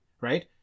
right